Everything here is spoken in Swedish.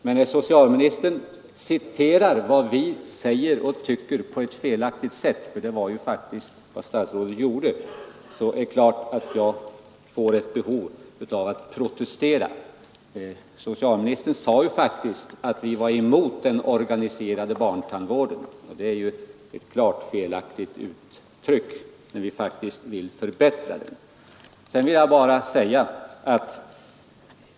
Men när socialministern på ett felaktigt sätt citerar vad vi säger och tycker — för det var faktiskt vad statsrådet gjorde — är det klart att jag får ett behov av att protestera. Socialministern sade ju att vi var emot den organiserade barntandvården, och det är ett helt felaktigt uttryck när vi i själva verket vill förbättra den.